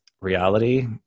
reality